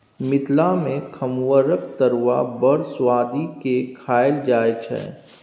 मिथिला मे खमहाउरक तरुआ बड़ सुआदि केँ खाएल जाइ छै